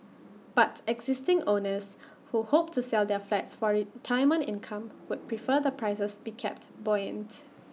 but existing owners who hope to sell their flats for retirement income would prefer the prices be kept buoyant